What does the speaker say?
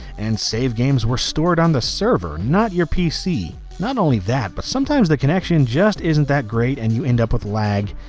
and save games were stored on the server. not your pc. not only that but sometimes the connection just isn't that great and you end up with lag.